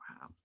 wow